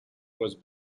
was